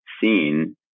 seen